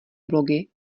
blogy